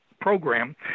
program